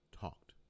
talked